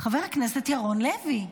חבר הכנסת ירון לוי,